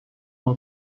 uma